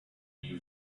new